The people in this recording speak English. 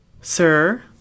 Sir